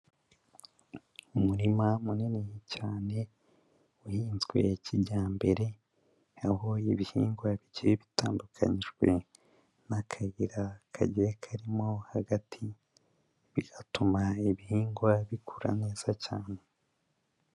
Umurima munini cyane, uhinzwe kijyambere, aho ibihingwa bigiye bitandukanyijwe, n'akayira kagiye karimo hagati, bigatuma ibihingwa bikura neza cyane.